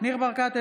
ניר ברקת,